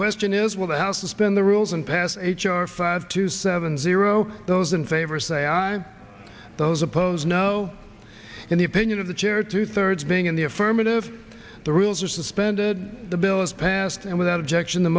question is will the house suspend the rules and pass h r five to seven zero those in favor say aye those opposed no in the opinion of the chair two thirds being in the affirmative the rules are suspended the bill is passed and without objection t